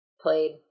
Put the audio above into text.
played